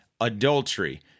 adultery